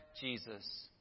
Jesus